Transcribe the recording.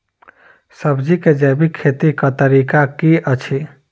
सब्जी केँ जैविक खेती कऽ तरीका की अछि?